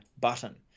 button